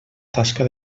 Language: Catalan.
tasca